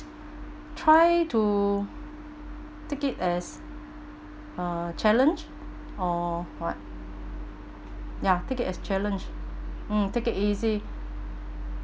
try to take it as uh challenge or what ya take it as challenge mm take it easy